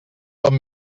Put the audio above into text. són